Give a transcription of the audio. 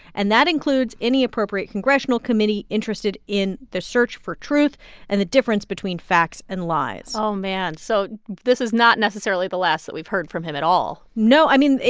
and that includes any appropriate congressional committee interested in the search for truth and the difference between facts and lies oh, man. so this is not necessarily the last that we've heard from him at all no, i mean,